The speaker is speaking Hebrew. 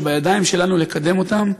שבידיים שלנו לקדם אותן,